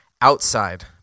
outside